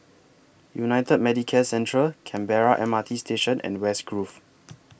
United Medicare Centre Canberra M R T Station and West Grove